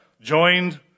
joined